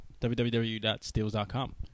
www.steels.com